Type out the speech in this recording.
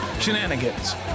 Shenanigans